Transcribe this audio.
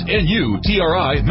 n-u-t-r-i